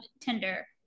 Tinder